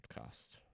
podcast